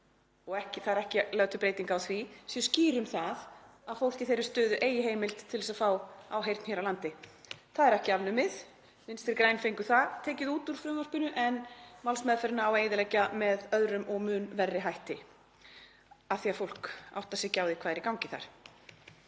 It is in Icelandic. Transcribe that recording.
og ekki er lögð til breyting á því, skýr um það að fólk í þeirri stöðu eigi heimild til þess að fá áheyrn hér á landi. Það er ekki afnumið. Vinstri græn fengu það tekið út úr frumvarpinu en málsmeðferðina á að eyðileggja með öðrum og mun verri hætti, af því að fólk áttar sig ekki á því hvað er í gangi þar.